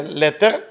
letter